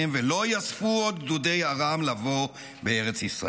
ולא יספו עוד גדודי ארם לבוא בארץ ישראל".